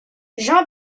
jean